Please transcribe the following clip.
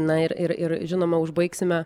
na ir ir ir žinoma užbaigsime